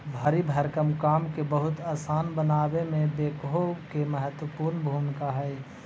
भारी भरकम काम के बहुत असान बनावे में बेक्हो के महत्त्वपूर्ण भूमिका हई